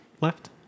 left